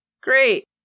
Great